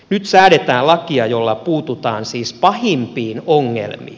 nyt säädetään lakia jolla puututaan siis pahimpiin ongelmiin